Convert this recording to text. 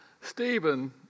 Stephen